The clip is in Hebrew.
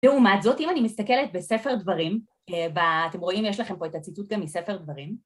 לעומת זאת, אם אני מסתכלת בספר דברים, ואתם רואים, יש לכם פה את הציטוט גם מספר דברים.